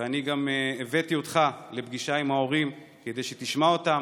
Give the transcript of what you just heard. ואני גם הבאתי אותך לפגישה עם ההורים כדי שתשמע אותם,